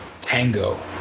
Tango